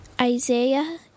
Isaiah